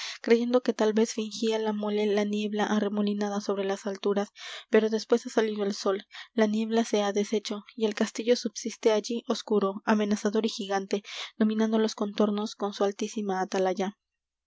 creyendo que tal vez fingía la mole la niebla arremolinada sobre las alturas pero después ha salido el sol la niebla se ha deshecho y el castillo subsiste allí oscuro amenazador y gigante dominando los contornos con su altísima atalaya